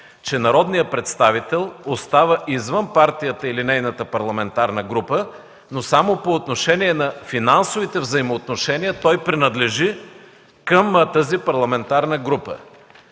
че народният представител остава извън партията или нейната парламентарна група, но само по отношение на финансовите взаимоотношения той принадлежи към тази парламентарна група.